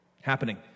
happening